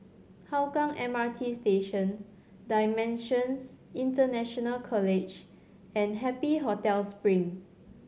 Hougang M R T Station Dimensions International College and Happy Hotel Spring